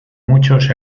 muchos